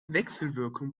wechselwirkung